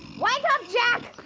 wake up jack!